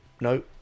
no